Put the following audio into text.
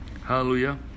Hallelujah